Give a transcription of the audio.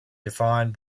defined